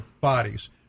bodies